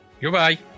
goodbye